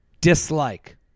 Dislike